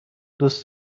دوست